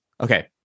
okay